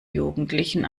jugendlichen